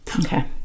Okay